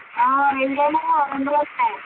రొయ్యమో ఆరు వందలు వస్తాయి